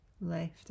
left